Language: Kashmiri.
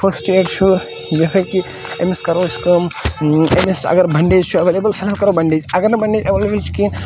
فٔسٹ ایڈ چھُ یِہٕے کہِ أمِس کَرَو أسۍ کٲم أمِس اَگَر بَنڈیج چھُ ایویلیبٕل فِلحال کَرَو بَنڈیج اَگَرنہٕ بَنڈیج چھُ ایویلیبٕل چھُ کِہینۍ نہٕ